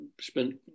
spent